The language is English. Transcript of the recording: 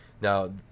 Now